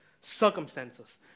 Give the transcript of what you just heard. circumstances